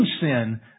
sin